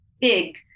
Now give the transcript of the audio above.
big